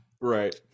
right